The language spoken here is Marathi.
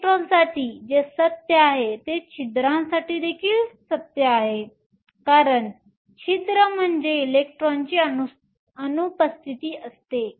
इलेक्ट्रॉनसाठी जे सत्य आहे ते छिद्रांसाठी देखील खरे आहे कारण छिद्र म्हणजे इलेक्ट्रॉनची अनुपस्थिती असते